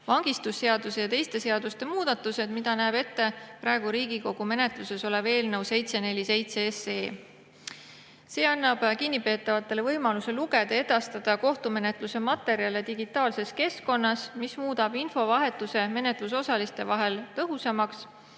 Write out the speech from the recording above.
vangistusseaduse ja teiste seaduste muudatused, mida näeb ette praegu Riigikogu menetluses olev eelnõu 747. See annab kinnipeetavatele võimaluse lugeda ja edastada kohtumenetluse materjale digitaalses keskkonnas, mis muudab infovahetuse menetlusosaliste vahel tõhusamaks,